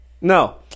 No